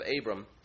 Abram